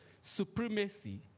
supremacy